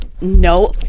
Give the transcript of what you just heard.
No